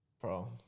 bro